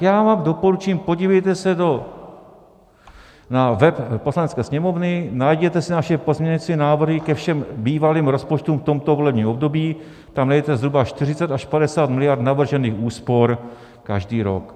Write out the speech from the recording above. Já vám doporučím, podívejte se na web Poslanecké sněmovny, najděte si naše pozměňovací návrhy ke všem bývalým rozpočtům v tomto volebním období, tam najdete zhruba 40 až 50 mld. navržených úspor každý rok.